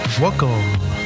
welcome